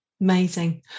Amazing